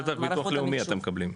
זה דרך הביטוח הלאומי אתם מקבלים.